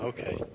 Okay